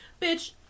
Bitch